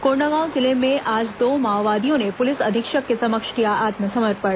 कोंडागांव जिले में आज दो माओवादियों ने पुलिस अधीक्षक के समक्ष किया आत्मसमर्पण